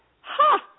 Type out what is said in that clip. ha